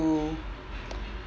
to